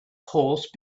horse